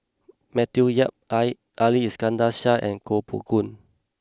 Matthew Yap Ali Iskandar Shah and Koh Poh Koon